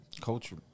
culture